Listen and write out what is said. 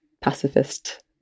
pacifist